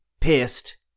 pissed